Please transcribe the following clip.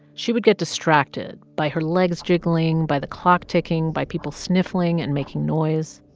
she would get distracted by her legs jiggling, by the clock ticking, by people sniffling and making noise.